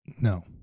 no